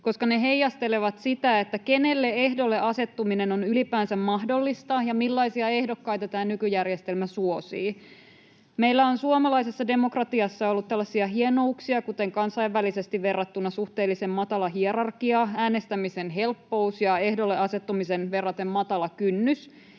koska ne heijastelevat sitä, kenelle ehdolle asettuminen on ylipäänsä mahdollista ja millaisia ehdokkaita tämä nykyjärjestelmä suosii. Meillä on suomalaisessa demokratiassa ollut tällaisia hienouksia, kuten kansainvälisesti verrattuna suhteellisen matala hierarkia, äänestämisen helppous ja ehdolle asettumisen verraten matala kynnys,